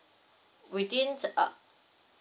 within uh